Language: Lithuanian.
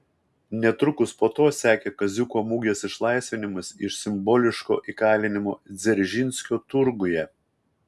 netrukus po to sekė kaziuko mugės išlaisvinimas iš simboliško įkalinimo dzeržinskio turguje